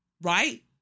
Right